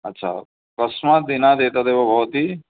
अच्छा कस्मात् दिनात् एतदेव भवति